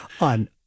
on